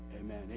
Amen